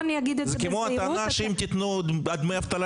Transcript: זה כמו הטענה שלפיה אם תתנו דמי אבטלה